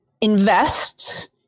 invests